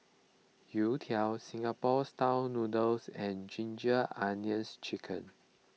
Youtiao Singapore Style Noodles and Ginger Onions Chicken